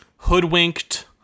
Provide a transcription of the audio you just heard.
hoodwinked